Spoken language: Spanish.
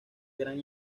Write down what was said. gran